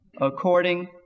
according